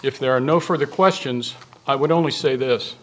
if there are no further questions i would only say this